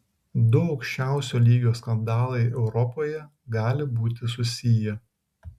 du aukščiausio lygio skandalai europoje gali būti susiję